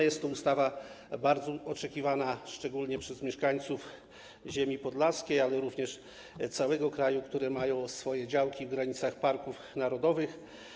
Jest to ustawa bardzo oczekiwana szczególnie przez mieszkańców ziemi podlaskiej, ale również całego kraju, tych, którzy mają swoje działki w granicach parków narodowych.